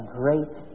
great